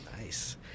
Nice